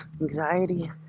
anxiety